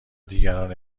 دیگران